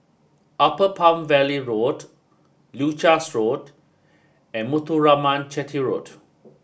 Upper Palm Valley Road Leuchars Road and Muthuraman Chetty Road